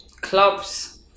Clubs